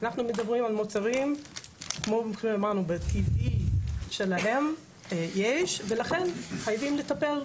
אנחנו מדברים על מוצרים שבטבעי שלהם יש ולכן חייבים לטפל.